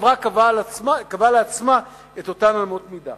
והחברה קבעה לעצמה את אותן אמות מידה.